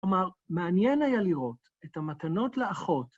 כלומר, מעניין היה לראות את המתנות לאחות.